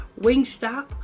Wingstop